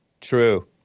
True